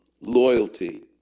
Loyalty